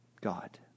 God